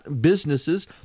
Businesses